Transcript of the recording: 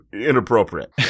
Inappropriate